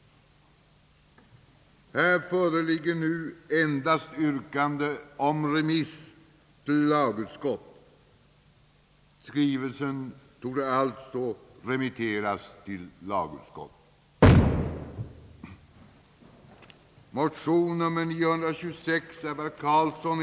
Därefter återstår endast yrkande om remiss till lagutskott. Skrivelsen torde alltså hänvisas till lagutskottet.